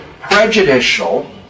prejudicial